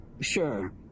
Sure